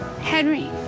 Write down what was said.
Henry